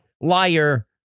liar